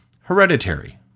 Hereditary